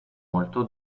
molto